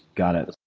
got it.